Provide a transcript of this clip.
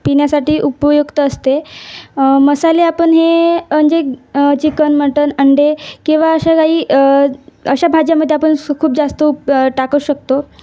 पिण्यासाठी उपयुक्त असते मसाले आपण हे म्हणजे चिकन मटन अंडे किंवा असे काही अशा भाज्यामध्ये आपण स खूप जास्त उप टाकू शकतो